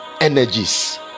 energies